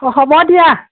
অঁ হ'ব দিয়া